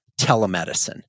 telemedicine